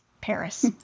Paris